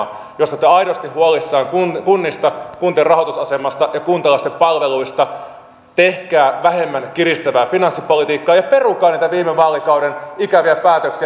jos te olette aidosti huolissanne kunnista kuntien rahoitusasemasta ja kuntalaisten palveluista tehkää vähemmän kiristävää finanssipolitiikkaa ja perukaa niitä viime vaalikauden ikäviä päätöksiä